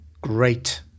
great